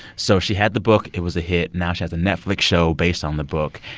so she had the book. it was a hit. now she has a netflix show based on the book.